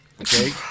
Okay